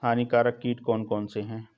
हानिकारक कीट कौन कौन से हैं?